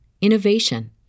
innovation